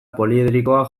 poliedrikoa